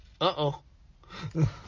uh-oh